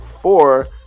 four